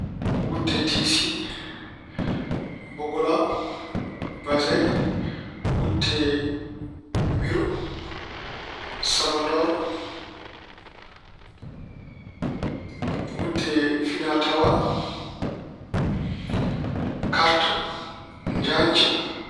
Wutte tisi, bogola, bajeŋ, wutte wiro, sabandor, wutte finaa-tawaa, karta, njaacca.